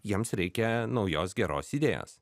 jiems reikia naujos geros idėjos